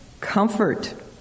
comfort